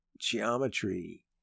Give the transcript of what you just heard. geometry